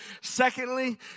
Secondly